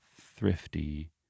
Thrifty